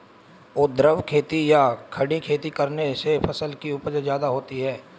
ऊर्ध्वाधर खेती या खड़ी खेती करने से फसल की उपज ज्यादा होती है